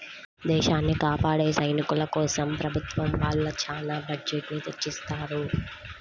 దేశాన్ని కాపాడే సైనికుల కోసం ప్రభుత్వం వాళ్ళు చానా బడ్జెట్ ని తెచ్చిత్తారు